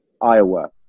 Iowa